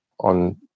on